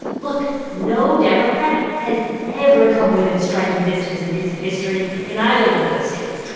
look no democrat has ever come within striking distance in recent history in either one of those states.